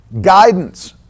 guidance